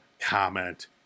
comment